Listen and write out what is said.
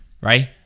right